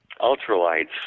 Ultralights